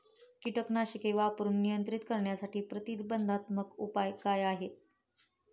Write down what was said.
कीटकनाशके वापरून नियंत्रित करण्यासाठी प्रतिबंधात्मक उपाय काय आहेत?